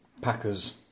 Packers